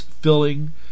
filling